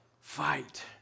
fight